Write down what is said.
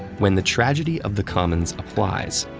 when the tragedy of the commons applies,